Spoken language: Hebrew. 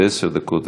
ועשר דקות,